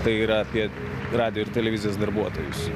tai yra apie radijo ir televizijos darbuotojus